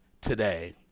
today